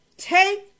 Take